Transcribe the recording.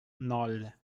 ноль